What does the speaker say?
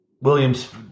Williams